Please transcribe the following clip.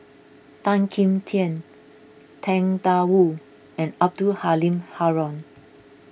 Tan Kim Tian Tang Da Wu and Abdul Halim Haron